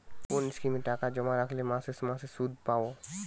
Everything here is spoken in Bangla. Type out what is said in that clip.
কোন স্কিমে টাকা জমা রাখলে মাসে মাসে সুদ পাব?